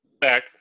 back